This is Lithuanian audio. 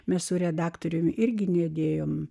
mes su redaktoriumi irgi neregėjome